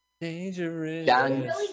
Dangerous